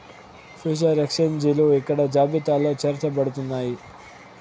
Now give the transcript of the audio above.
future ఎక్స్చేంజిలు ఇక్కడ జాబితాలో చేర్చబడుతున్నాయి